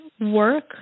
work